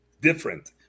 different